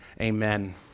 Amen